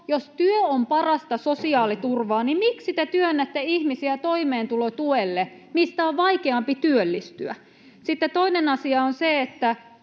jos työ on parasta sosiaaliturvaa, niin miksi te työnnätte ihmisiä toimeentulotuelle, mistä on vaikeampi työllistyä? Sitten toinen asia on se,